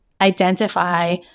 identify